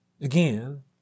again